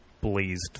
blazed